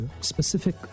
specific